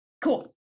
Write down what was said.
Cool